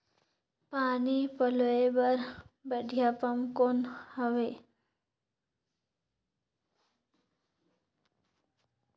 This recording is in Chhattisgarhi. पानी पलोय बर बढ़िया पम्प कौन हवय?